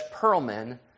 Perlman